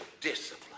discipline